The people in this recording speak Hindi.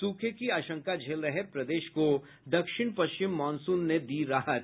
सूखे की आशंका झेल रहे प्रदेश को दक्षिण पश्चिम मॉनसून ने दी राहत